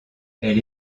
elle